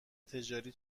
تجاری